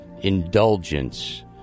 Indulgence